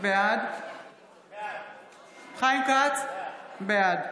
בעד חיים כץ, בעד